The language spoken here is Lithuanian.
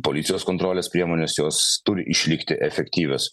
policijos kontrolės priemonės jos turi išlikti efektyvios